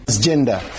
Gender